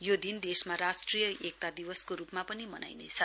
यो दिन देशमा राष्ट्रिय एकता दिवसको रुपमा पनि मनाइनेछ